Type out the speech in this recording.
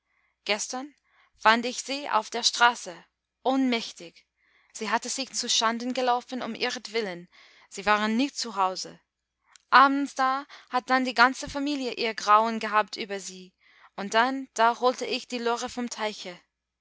gestern fand ich sie auf der straße ohnmächtig sie hatte sich zuschanden gelaufen um ihretwillen sie waren nicht zu hause abends da hat dann die ganze familie ihr grauen gehabt über sie und dann da holte ich die lore vom teiche